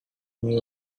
knew